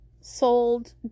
sold